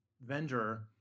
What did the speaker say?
vendor